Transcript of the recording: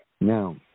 Now